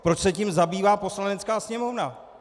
Proč se tím zabývá Poslanecká sněmovna?